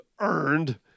earned